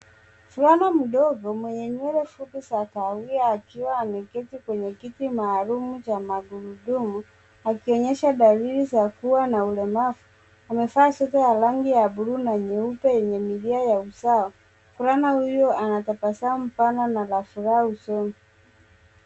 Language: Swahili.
Mvulana mdogo mwenye nywele fupi za kahawia akiwa ameketi kwenye kiti maalum cha magurudumu akionyesha dalili za kuwa na ulemavu amevaa sweta ya rangi ya bluu na nyeupe yenye milia ya usawa. Mvulana huyo ana tabasamu pana na la furaha usoni.